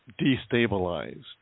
destabilized